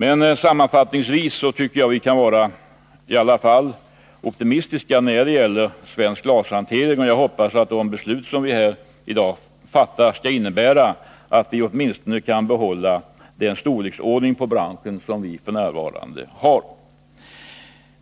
Men sammanfattningsvis kan vi i alla fall vara optimistiska när det gäller svensk glashantering, och jag hoppas, som jag nyss sagt, att de beslut som vi i dag skall fatta kommer att innebära att vi åtminstone kan behålla den storleksordning på branschen som vi f. n. har.